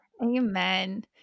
Amen